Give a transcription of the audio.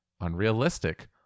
unrealistic